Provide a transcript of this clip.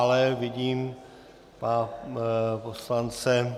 Ale vidím pana poslance.